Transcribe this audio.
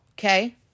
okay